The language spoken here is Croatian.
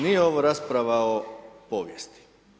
Nije ovo rasprava o povijesti.